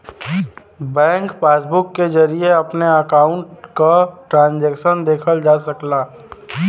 bank passbook के जरिये अपने अकाउंट क ट्रांजैक्शन देखल जा सकला